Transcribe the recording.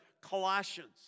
Colossians